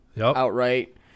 outright